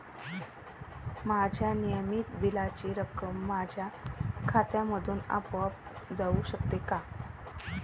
माझ्या नियमित बिलाची रक्कम माझ्या खात्यामधून आपोआप जाऊ शकते का?